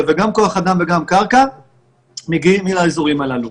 וגם כוח אדם וגם קרקע מגיעים לאזורים הללו.